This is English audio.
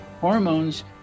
hormones